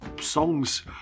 Songs